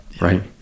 right